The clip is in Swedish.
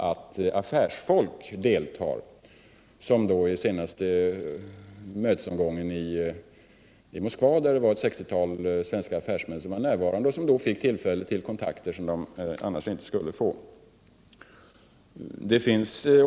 Så skedde vid den senaste mötesomgången i Moskva, där ett 60-tal svenska affärsmän var närvarande och då fick tillfälle till kontakter som de annars inte skulle ha fått möjlighet till.